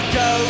go